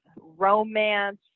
romance